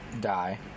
Die